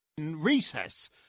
recess